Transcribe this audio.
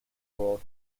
broad